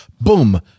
boom